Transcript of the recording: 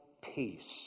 peace